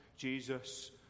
Jesus